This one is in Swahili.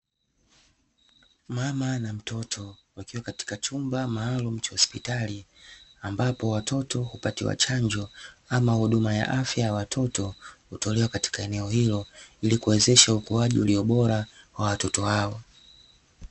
Mama na mtoto wakiwa katika chumba maalumu cha hospitali, ambapo watoto hupatiwa chanjo ama huduma ya afya ya watoto hutolewa katika eneo hilo ili kuwezesha ukaji ulio bora kwa watoto hao.